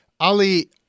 Ali